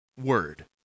word